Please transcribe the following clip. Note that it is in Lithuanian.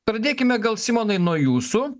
pradėkime gal simonai nuo jūsų